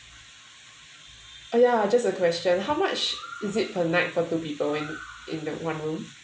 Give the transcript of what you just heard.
uh ya just a question how much is it per night for two people in one room